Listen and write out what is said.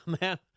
man